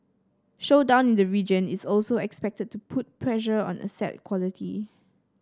slowdown in the region is also expected to put pressure on asset quality